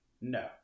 No